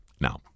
Now